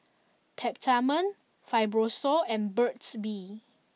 Peptamen Fibrosol and Burt's Bee